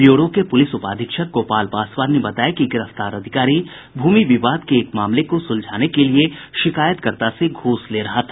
bureau के police उपाधीक्षक गोपाल पासवान ने बताया कि गिरफ्तार अधिकारी भूमि विवाद के एक मामले को सुलझाने के लिए शिकायतकर्ता से घूस ले रहा था